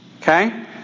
Okay